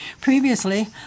Previously